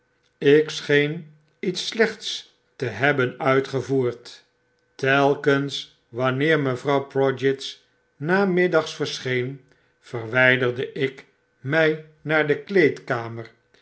ik scheen iets slechts te hebben uitgevoerd telkens wanneer mevrouw prodgit snamiddags verscheen verwijderde ik mij naar de kleedkamer